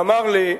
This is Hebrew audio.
אמר לי: